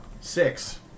Six